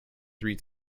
three